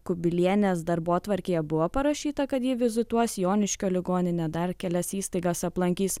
kubilienės darbotvarkėje buvo parašyta kad ji vizituos joniškio ligoninę dar kelias įstaigas aplankys